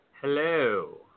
Hello